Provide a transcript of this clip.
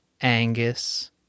Angus